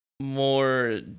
more